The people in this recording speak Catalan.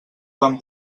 van